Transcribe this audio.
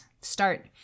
start